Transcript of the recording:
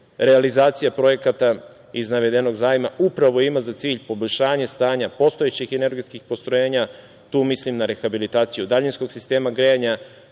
realizacija projekata iz navedenog zajma upravo ima za cilj poboljšanje stanja postojećih energetskih postrojenja. Tu mislim na rehabilitaciju daljinskog sistema grejanja